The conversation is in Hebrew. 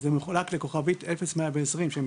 כוכבית 0120,